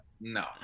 no